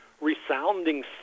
resounding